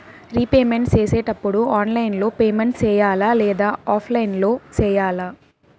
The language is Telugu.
రీపేమెంట్ సేసేటప్పుడు ఆన్లైన్ లో పేమెంట్ సేయాలా లేదా ఆఫ్లైన్ లో సేయాలా